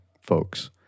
folks